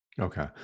Okay